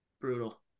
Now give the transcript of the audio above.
brutal